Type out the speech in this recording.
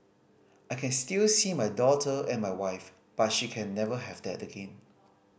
I can still see my daughter and my wife but she can never have that again